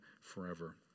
forever